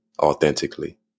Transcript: authentically